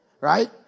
right